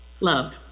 Love